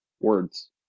words